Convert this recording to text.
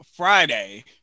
Friday